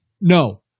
no